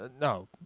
No